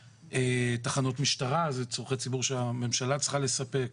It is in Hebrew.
תחנות משטרה, אלה צורכי ציבור שהממשלה צריכה לספק.